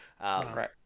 right